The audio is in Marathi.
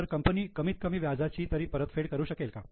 तर कंपनी कमीत कमी व्याजाची तरी परतफेड करू शकेल का